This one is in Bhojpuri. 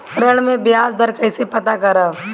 ऋण में बयाज दर कईसे पता करब?